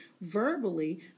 verbally